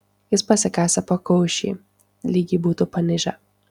jis pasikasė pakaušį lyg jį būtų panižę